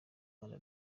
rwanda